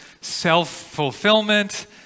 self-fulfillment